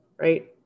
right